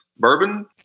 Bourbon